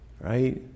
right